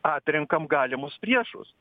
atrenkam galimus priešus